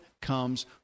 comes